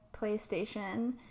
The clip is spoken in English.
playstation